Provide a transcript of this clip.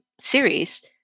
series